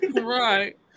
right